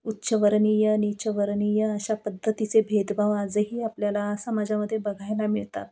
उच्चवर्णीय नीचवर्णीय अशा पद्धतीचे भेदभाव आजही आपल्याला समाजामध्ये बघायला मिळतात